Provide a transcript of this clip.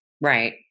right